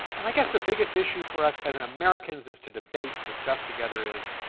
and i guess the biggest issue for us as and americans is to debate and discuss together is,